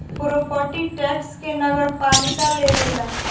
property tax के नगरपालिका लेवेला